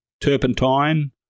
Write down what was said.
turpentine